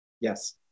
Yes